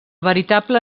veritable